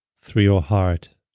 through your heart.